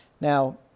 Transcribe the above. Now